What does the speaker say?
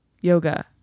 Yoga